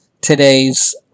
today's